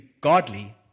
godly